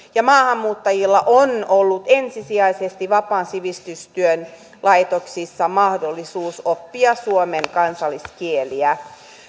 maahanmuuttajilla on ollut ensisijaisesti vapaan sivistystyön laitoksissa mahdollisuus oppia suomen kansalliskieliä